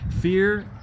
Fear